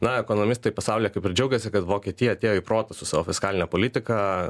na ekonomistai pasaulyje kaip ir džiaugėsi kad vokietija atėjo į protą su savo fiskaline politika